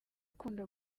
ukunda